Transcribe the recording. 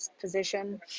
position